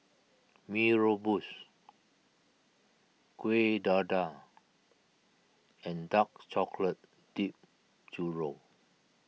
Mee Rebus Kuih Dadar and Dark Chocolate Dipped Churro